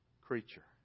creature